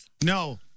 no